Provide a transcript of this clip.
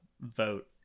vote